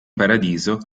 paradiso